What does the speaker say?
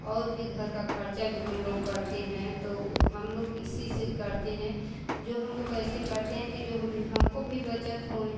और फिर घर का ख़र्चा भी हम लोग करते हैं तो हम लोग इसी से करते हैं जो हम लोग ऐसे करते हैं कि जो हम भी हमको भी बचत होए